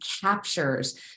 captures